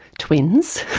twins,